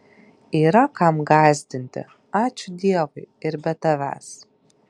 yra kam gąsdinti ačiū dievui ir be tavęs